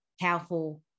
powerful